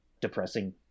depressing